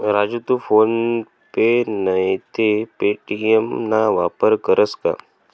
राजू तू PhonePe नैते Paytm ना वापर करस का?